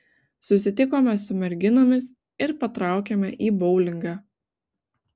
susitikome su merginomis ir patraukėme į boulingą